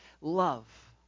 love